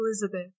Elizabeth